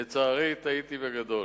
לצערי, טעיתי בגדול.